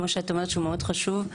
שהוא מאוד חשוב,